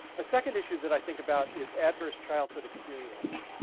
a second issue that i think about is adverse childhood experiences.